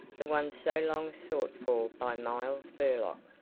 the one so long sought for by miles burlock!